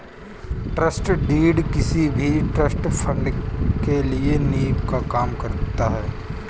trust deed किसी भी trust fund के लिए नीव का काम करता है